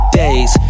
days